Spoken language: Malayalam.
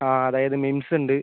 ആ അതായത് മിംസ് ഉണ്ട്